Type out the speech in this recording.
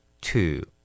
two